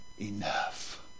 enough